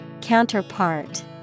Counterpart